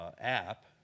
app